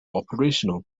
operational